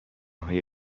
های